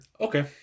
Okay